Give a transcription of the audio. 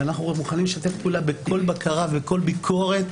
ואנחנו מוכנים לשתף פעולה בכל בקרה ובכל ביקורת,